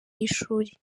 y’ishuri